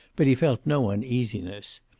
but he felt no uneasiness.